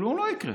כלום לא יקרה.